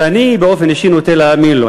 ואני באופן אישי נוטה להאמין לו.